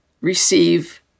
receive